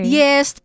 yes